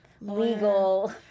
legal